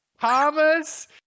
Thomas